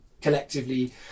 collectively